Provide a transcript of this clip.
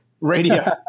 Radio